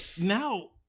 Now